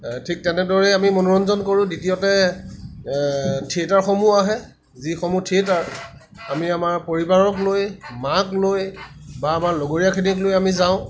ঠিক তেনেদৰে অমি মনোৰঞ্জন কৰোঁ দ্বিতীয়তে থিয়েটাৰসমূহ আহে যিসমূহ থিয়েটাৰ আমি আমাৰ পৰিবাৰক লৈ মাক লৈ বা আমাৰ লগৰীয়াখিনিক লৈ আমি যাওঁ